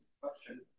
question